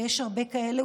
ויש הרבה כאלה,